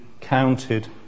counted